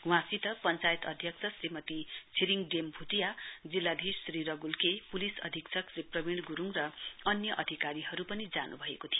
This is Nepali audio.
वहाँसित पञ्चायत अध्यक्ष श्रीमती छिरिङ डेम भूटियाजिल्लाधीश श्री रगुल के पुलिस अधिक्षक श्री प्रवीण गुरुङ र अन्य अधिकारीहरु पनि जानुभएको थियो